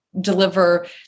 deliver